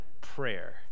prayer